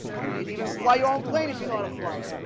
you could even fly your own plane if you know how to flight